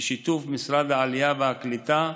בשיתוף משרד העלייה והקליטה,